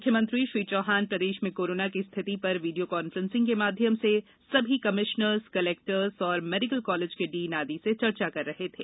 मुख्यमंत्री श्री चौहान प्रदेश में कोरोना की स्थिति पर वीडियो कॉन्फ्रेंसिंग के माध्यम से समस्त कमिश्नर्स कलेक्टर्स तथा मेडिकल कॉलेज के डीन आदि से चर्चा कर रहे थे